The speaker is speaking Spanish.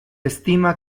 estima